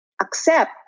Accept